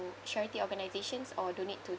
charity organizations or donate to